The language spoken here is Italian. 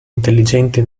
intelligenti